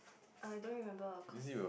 I don't remember cause